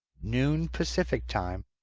noon pacific time.